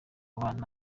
abana